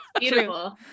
Beautiful